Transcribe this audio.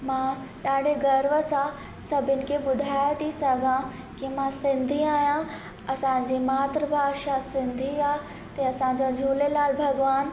मां ॾाढे गर्व सां सभिनि खे ॿुधाए थी सघां की मां सिंधी आहियां असांजी मातृ भाषा सिंधी ते असांजो झूलेलाल भॻिवानु